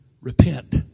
repent